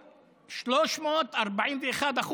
תקשיב, אוסאמה, את מה שאני ואתה הכנו,) 341%,